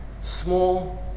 small